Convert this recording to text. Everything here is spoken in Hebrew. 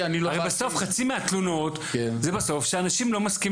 הרי בסוף חצי מהתלונות זה שאנשים לא מסכימים